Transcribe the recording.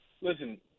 listen